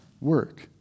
work